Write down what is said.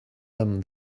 them